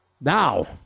Now